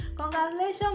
Congratulations